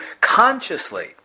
consciously